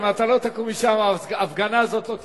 אם אתה לא תקום משם ההפגנה הזאת לא תתפזר.